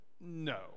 no